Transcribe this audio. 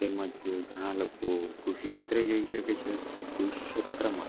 તેમજ ઘણા લોકો કૃષિ ક્ષેત્રે જઈ શકે છે કૃષિ ક્ષેત્રમાં